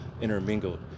intermingled